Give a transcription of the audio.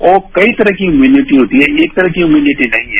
वो कई तरह की इम्यूनिटी होती है एक तरह की इम्यूनिटी नहीं है